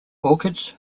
orchids